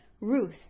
Ruth